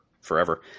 forever